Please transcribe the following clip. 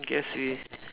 guess i~